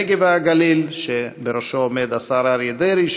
הנגב והגליל שבראשו עומד השר אריה דרעי,